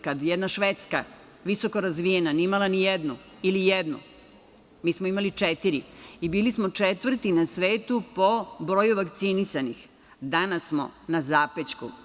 Kada jedna Švedska, visoko razvijena, nije imala nijednu ili jednu, mi smo imali četiri i bili smo četvrti na svetu po broju vakcinisanih, danas smo na zapećku.